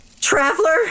Traveler